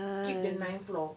skip the nine floor